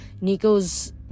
Nico's